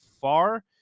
far